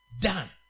done